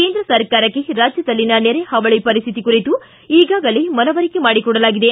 ಕೇಂದ್ರ ಸರ್ಕಾರಕ್ಕೆ ರಾಜ್ಯದಲ್ಲಿನ ನೆರೆ ಹಾವಳಿ ಪರಿಸ್ಥಿತಿ ಕುರಿತು ಈಗಾಗಲೇ ಮನವರಿಕೆ ಮಾಡಿಕೊಡಲಾಗಿದೆ